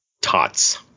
tots